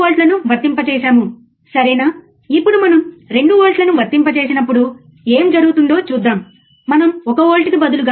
వోల్టేజ్లో మార్పు ఏమిటో ఇప్పుడు మనకు తెలిస్తే ఓసిల్లోస్కోప్ ఉపయోగించి మనం దానిని అర్థం చేసుకోగలం సరియైనదా